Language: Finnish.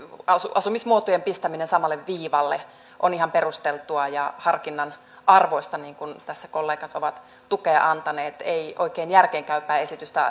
asumismuotojen pistäminen samalle viivalle on ihan perusteltua ja harkinnan arvoista niin kuin tässä kollegat ovat tukea antaneet ei oikein järkeenkäypää